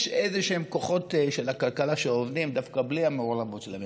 יש איזשהם כוחות של הכלכלה שעובדים דווקא בלי המעורבות של הממשלה.